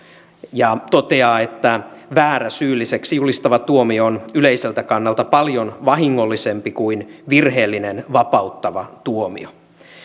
ja toteaa että väärä syylliseksi julistava tuomio on yleiseltä kannalta paljon vahingollisempi kuin virheellinen vapauttava tuomio